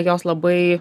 jos labai